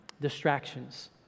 distractions